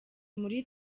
muri